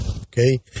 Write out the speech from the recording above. okay